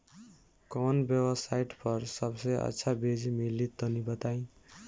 कवन वेबसाइट पर सबसे अच्छा बीज मिली तनि बताई?